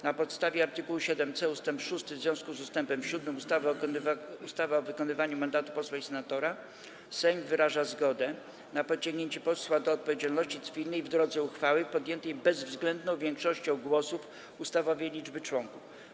Na podstawie art. 7c ust. 6 w związku z ust. 7 ustawy o wykonywaniu mandatu posła i senatora Sejm wyraża zgodę na pociągnięcie posła do odpowiedzialności cywilnej w drodze uchwały podjętej bezwzględną większością głosów ustawowej liczby posłów.